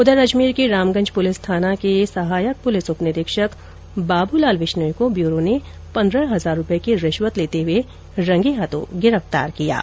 उधर अजमेर के रामगंज पुलिस थाना के सहायक पुलिस उपनिरीक्षक बाबूलाल विश्नोई को ब्यूरो ने आज पन्द्रह हजार रुपये की रिश्वत लेते हुए रंगे हाथों पकड़ा है